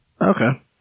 Okay